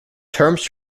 terms